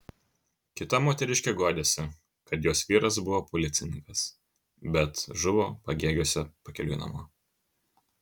kita moteriškė guodėsi kad jos vyras buvo policininkas bet žuvo pagėgiuose pakeliui namo